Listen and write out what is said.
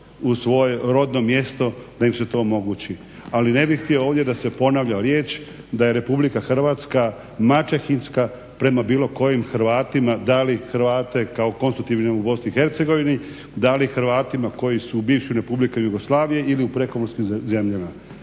u svoje rodno mjesto da im se to omogući. Ali ne bih htio ovdje da se ponavlja riječ da je RH maćehinska prema bilo kojim Hrvatima, da li Hrvate kao konstitutivne u BiH da li Hrvatima koji su u bivšim republikama Jugoslavije ili u prekomorskim zemljama.